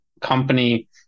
Company